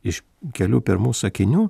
iš kelių pirmų sakinių